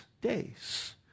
days